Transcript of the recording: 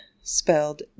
spelled